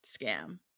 scam